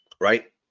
right